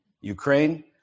Ukraine